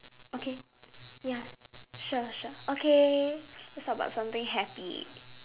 okay ya sure sure okay let's talk about something happy